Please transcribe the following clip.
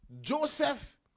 Joseph